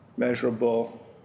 Measurable